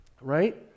Right